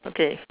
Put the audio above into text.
okay